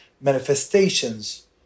manifestations